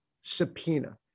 subpoena